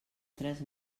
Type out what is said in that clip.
tres